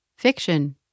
Fiction